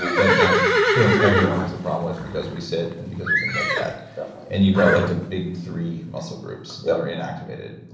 but that pretty much everyone has a problem with, because we sit and because of things like that. definitely and you call it like the big three muscle groups that are inactivated. yeah.